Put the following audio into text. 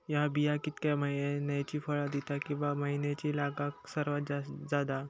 हया बिया कितक्या मैन्यानी फळ दिता कीवा की मैन्यानी लागाक सर्वात जाता?